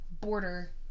border